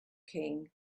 king